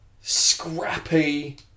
scrappy